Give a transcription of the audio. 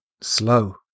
slow